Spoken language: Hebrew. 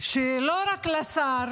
שלא רק לשר